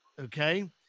okay